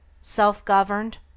self-governed